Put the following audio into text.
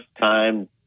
time